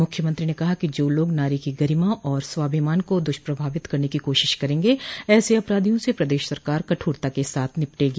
मुख्यमंत्री ने कहा कि जो लोग नारी की गरिमा और स्वाभिमान को दुष्प्रभावित करने की कोशिश करेंगे ऐसे अपराधियों से प्रदेश सरकार कठोरता के साथ निपटेगी